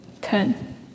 Ten